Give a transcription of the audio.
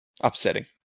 Upsetting